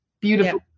beautiful